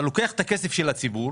אתה לוקח את הכסף של הציבור